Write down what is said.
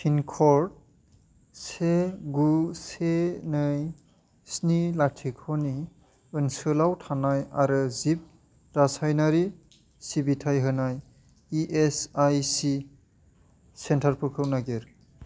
पिनकर से गु से नै स्नि लाथिख'नि ओनसोलाव थानाय आरो जिब रासायनारि सिबिथाइ होनाय इएसआईसि सेन्टारफोरखौ नागिर